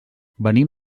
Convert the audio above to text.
venim